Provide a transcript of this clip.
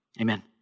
Amen